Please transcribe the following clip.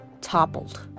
toppled